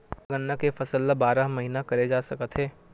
का गन्ना के फसल ल बारह महीन करे जा सकथे?